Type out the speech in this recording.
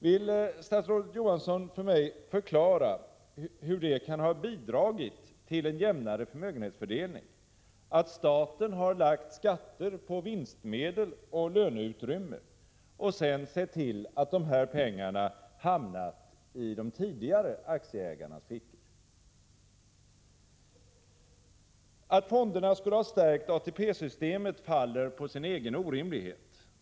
Vill statsrådet Johansson för mig förklara hur det kan ha bidragit till en jämnare förmögenhetsfördelning att staten har lagt skatter på vinstmedel och löneutrymme och sedan sett till att dessa pengar hamnat i de tidigare aktieägarnas fickor? Att fonderna skulle ha stärkt ATP-systemet faller på sin egen orimlighet.